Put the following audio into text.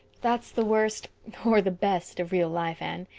that's the worst. or the best. of real life, anne.